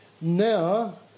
now